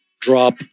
drop